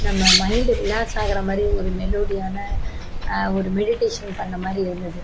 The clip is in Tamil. நம்ம மைண்ட் ரிலாக்ஸ் ஆகுறமாரி ஒரு மெலோடியான ஒரு மெடிடேஷன் பண்ணிண மாதிரி இருந்தது